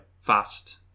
fast